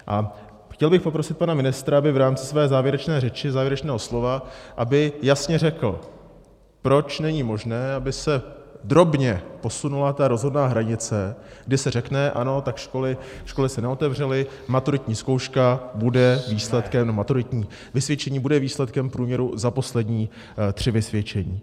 A chtěl poprosit pana ministra, aby v rámci své závěrečné řeči, závěrečného slova, jasně řekl, proč není možné, aby se drobně posunula rozhodná hranice, kdy se řekne ano, tak školy se neotevřely, maturitní zkouška nebo maturitní vysvědčení bude výsledkem průměru za poslední tři vysvědčení.